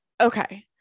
okay